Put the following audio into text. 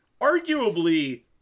Arguably